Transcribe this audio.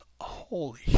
Holy